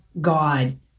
God